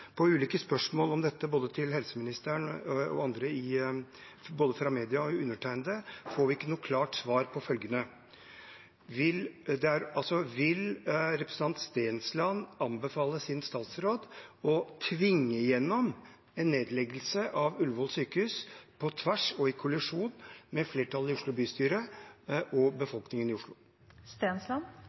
På ulike spørsmål om dette, både til helseministeren og andre, og både fra media og undertegnede, får vi ikke noe klart svar. Vil representanten Stensland anbefale sin statsråd å tvinge igjennom en nedleggelse av Ullevål sykehus på tvers av og i kollisjon med flertallet i Oslo bystyre og befolkningen i